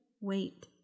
wait